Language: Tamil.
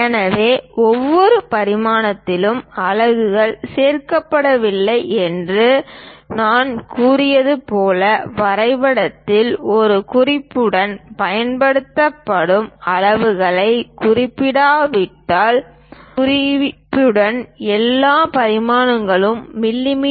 எனவே ஒவ்வொரு பரிமாணத்திலும் அலகுகள் சேர்க்கப்படவில்லை என்று நான் கூறியது போல வரைபடத்தில் ஒரு குறிப்புடன் பயன்படுத்தப்படும் அலகுகளை குறிப்பிடப்படாவிட்டால் குறிப்பிடவும் எல்லா பரிமாணங்களும் மிமீ